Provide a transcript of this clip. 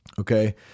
Okay